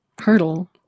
hurdle